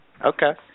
Okay